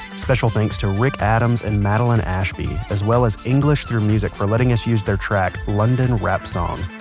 special thanks to rick adams and madeline ashby, as well as english through music for letting us use their track london rap song.